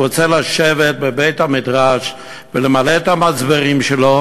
רוצה לשבת בבית-המדרש ולמלא את המצברים שלו